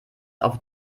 auf